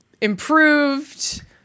improved